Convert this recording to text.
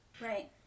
Right